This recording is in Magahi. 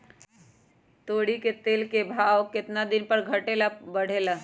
तोरी के तेल के भाव केतना दिन पर घटे ला बढ़े ला?